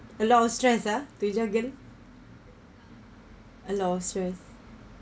a lot of stress ah to jargon a lot of stress